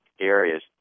areas